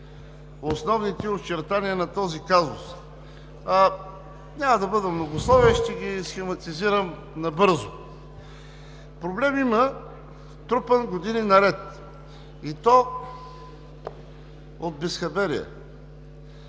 основните очертания на този казус. Няма да бъда многословен, ще ги схематизирам набързо. Проблем има, трупан години наред, и то от безхаберие,